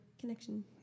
connection